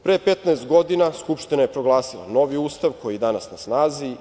Pre 15 godina Skupština je proglasila novi Ustav koji je i danas na snazi.